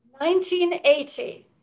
1980